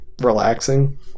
relaxing